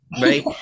right